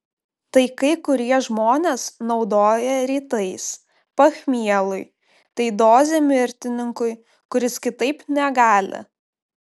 tai kai kurie žmonės naudoja rytais pachmielui tai dozė mirtininkui kuris kitaip negali